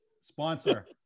sponsor